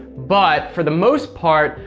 but for the most part,